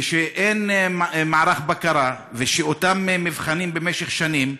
ושאין מערך בקרה, ושאותם מבחנים במשך שנים,